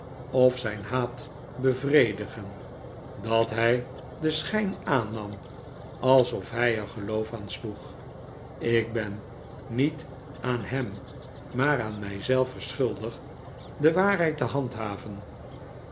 of zijn haat bevredigen dat hij den schijn aannam alsof hij er geloof aan sloeg ik ben niet aan hem maar aan mij zelf verschuldigd de waarheid te handhaven